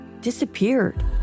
disappeared